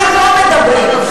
את זה לא מראים בכל העולם.